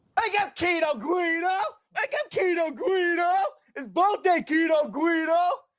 wake up keto guido! wake up keto guido! it's boat day keto guido!